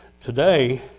today